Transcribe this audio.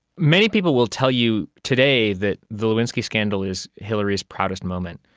many people will tell you today that the lewinsky scandal is hillary's proudest moment.